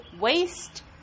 waste